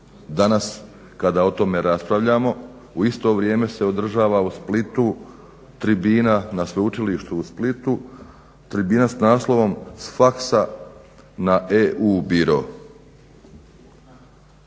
Danas kada o tome raspravljamo u isto vrijeme se održava u Splitu tribina, na Sveučilištu u Splitu tribina s naslovom „S faxa na EU biro.“